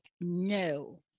no